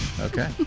Okay